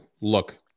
look